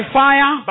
fire